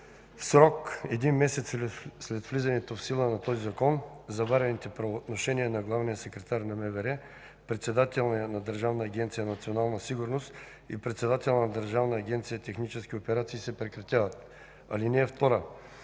В срок един месец след влизане в сила на този закон заварените правоотношения на главния секретар на МВР, председателя на Държавна агенция „Национална сигурност” и председателя на Държавна агенция „Технически операции” се прекратяват. (2) В срока